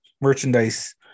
merchandise